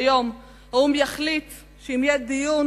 שהיום האו"ם יחליט שאם יהיה דיון,